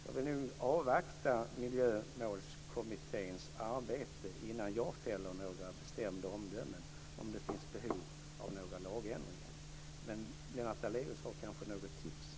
Jag vill nog avvakta Miljömålskommitténs arbete innan jag fäller några bestämda omdömen om huruvida det finns behov av lagändringar. Men Lennart Daléus har kanske något tips.